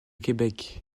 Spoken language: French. québec